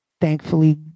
thankfully